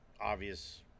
obvious